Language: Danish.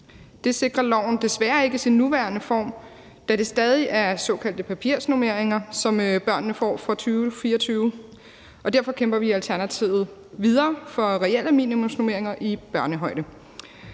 Det sikrer loven desværre ikke i sin nuværende form, da det stadig er såkaldte papirsnormeringer, som børnene får fra 2024. Derfor kæmper vi i Alternativet videre for reelle minimumsnormeringer i børnehøjde.